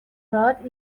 هات